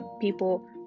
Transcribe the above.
people